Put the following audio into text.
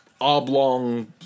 oblong